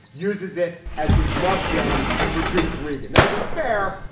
uses it as his love den for judith regan. now, to be fair.